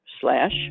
slash